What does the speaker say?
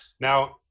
Now